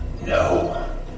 No